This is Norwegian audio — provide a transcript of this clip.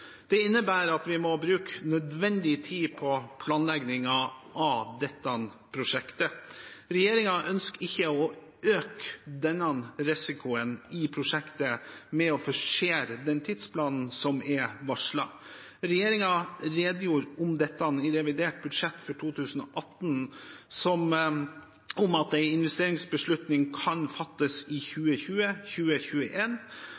Det innebærer at vi må bruke nødvendig tid på planleggingen av dette prosjektet. Regjeringen ønsker ikke å øke risikoen i prosjektet ved å forsere den tidsplanen som er varslet. Regjeringen redegjorde i revidert budsjett for 2018 om at en investeringsbeslutning kan fattes i